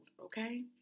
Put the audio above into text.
okay